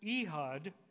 Ehud